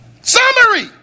Summary